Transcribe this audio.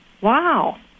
Wow